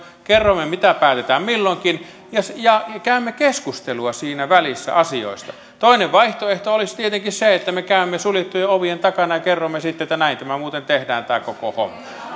kerromme mitä päätetään milloinkin ja käymme keskustelua siinä välissä asioista toinen vaihtoehto olisi tietenkin se että me käymme keskustelua suljettujen ovien takana ja kerromme sitten että näin tämä koko homma muuten tehdään